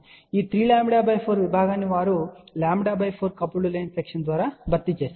ఈ 3 λ4 విభాగాన్ని వారు λ4 కపుల్డ్ లైన్ సెక్షన్ ద్వారా భర్తీ చేస్తారు